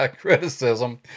criticism